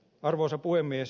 arvoisa puhemies